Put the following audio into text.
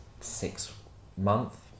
six-month